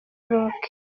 rock